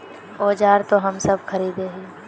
औजार तो हम सब खरीदे हीये?